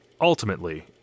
ultimately